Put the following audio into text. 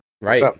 Right